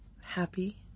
happy